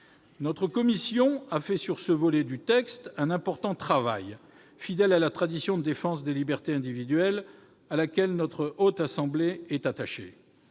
Notre commission a fait, sur ce volet du texte, un important travail, fidèle à la tradition de défense des libertés individuelles à laquelle la Haute Assemblée est attachée.